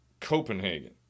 Copenhagen